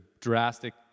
drastic